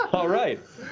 all right.